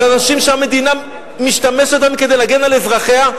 על אנשים שהמדינה משתמשת בהם כדי להגן על אזרחיה,